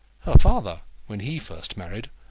her father, when he first married,